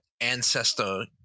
ancestor